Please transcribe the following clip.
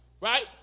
right